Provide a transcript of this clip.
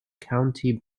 county